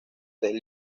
den